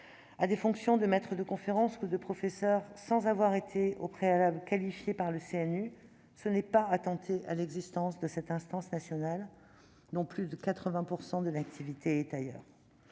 à des fonctions de maître de conférences ou de professeur des universités, sans avoir été au préalable qualifiés par le CNU, ce n'est pas attenter à l'existence de cette instance nationale, dont 80 % de l'activité est ailleurs.